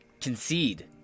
concede